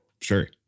Sure